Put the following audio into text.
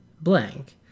blank